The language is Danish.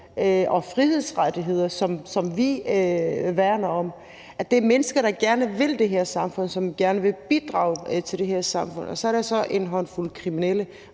og frihedsrettigheder, som vi værner om. Det er mennesker, der gerne vil det her samfund, som gerne vil bidrage til det her samfund. Og så er der så en håndfuld kriminelle,